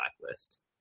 blacklist